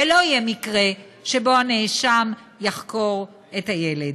ולא יהיה מקרה שבו הנאשם יחקור את הילד.